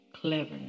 cleverness